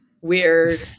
weird